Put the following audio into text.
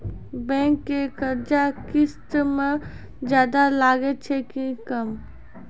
Bank के कर्जा किस्त मे ज्यादा लागै छै कि कम?